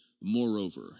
Moreover